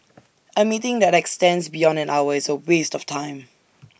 A meeting that extends beyond an hour is A waste of time